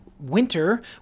Winter